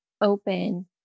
open